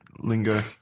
lingo